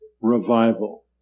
revival